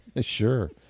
Sure